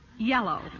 Yellow